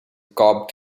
cobb